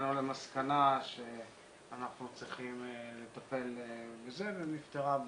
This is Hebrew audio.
הגענו למסקנה שאנחנו צריכים לטפל בזה ונפתרה הבעיה.